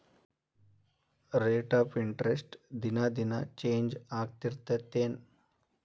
rate of interest ದಿನಾ ದಿನಾ change ಆಗ್ತಿರತ್ತೆನ್